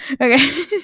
Okay